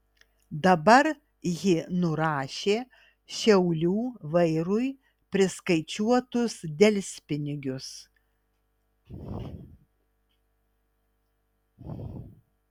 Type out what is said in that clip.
dabar ji nurašė šiaulių vairui priskaičiuotus delspinigius